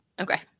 Okay